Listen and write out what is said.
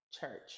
church